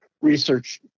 research